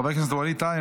חבר הכנסת ווליד טאהא,